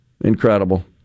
Incredible